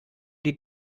die